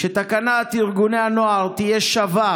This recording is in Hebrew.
שתקנת ארגוני הנוער תהיה שווה